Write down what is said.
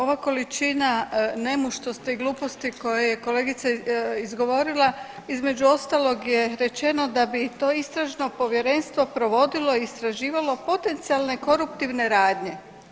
Ova količina nemuštosti i gluposti koje je kolegica izgovorila između ostalog je rečeno da bi to istražno povjerenstvo provodilo i istraživalo potencijalne koruptivne radnje.